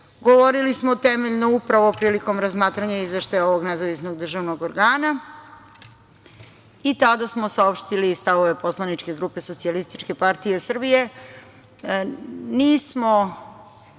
govorili smo temeljno upravo prilikom razmatranja izveštaja ovog nezavisnog državnog organa i tada smo saopštili i stavove poslaničke grupe SPS. Nismo možda do kraja